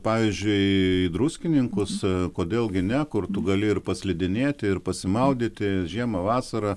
pavyzdžiui į druskininkus kodėl gi ne kur tu gali ir paslidinėti ir pasimaudyti žiemą vasarą